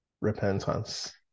repentance